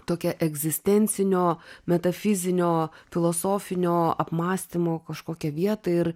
tokią egzistencinio metafizinio filosofinio apmąstymo kažkokią vietą ir